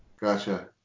Gotcha